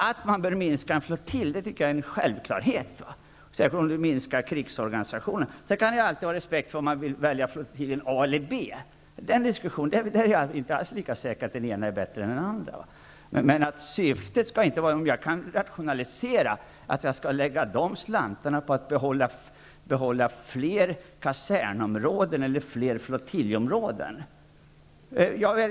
Att man bör minska en flottilj tycker jag därför är en självklarhet, särskilt om man minskar krigsorganisationen. Sedan kan jag alltid ha respekt för om man vill välja flottiljen A eller B. I den diskussionen är jag inte alls lika säker på att det ena alternativet är bättre än det andra. Om jag kan rationalisera skall syftet inte vara att jag skall lägga de slantarna på att behålla fler kasernområden eller fler flottiljområden.